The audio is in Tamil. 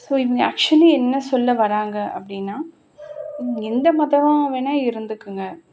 ஸோ இவங்க ஆக்ச்சுலி என்ன சொல்ல வராங்க அப்படின்னா நீங்கள் எந்த மதம் வேணால் இருந்துக்குங்க